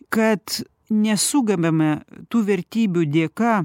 kad nesugebame tų vertybių dėka